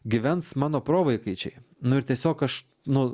gyvens mano provaikaičiai nu ir tiesiog aš nu